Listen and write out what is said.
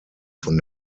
von